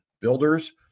Builders